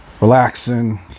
relaxing